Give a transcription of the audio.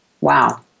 Wow